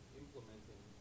implementing